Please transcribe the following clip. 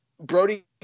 Brody